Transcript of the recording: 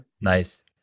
Nice